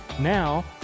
Now